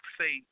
say